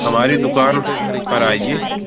हमारी दुकान पर आइए